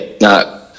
no